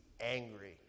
angry